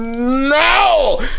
No